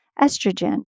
estrogen